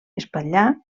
espatllar